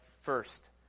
first